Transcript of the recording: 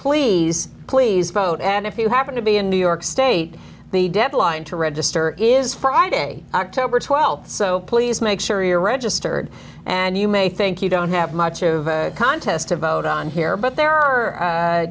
please please vote and if you happen to be in new york state the deadline to register is friday october twelfth so please make sure you're registered and you may think you don't have much of a contest to vote on here but there are